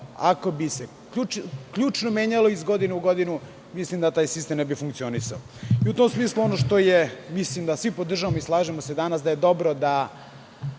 ako bi se ključno menjalo iz godine u godinu, mislim da taj sistem ne bi funkcionisao.U tom smislu, ono što je, mislim da svi podržavamo i slažemo se danas, je dobro jeste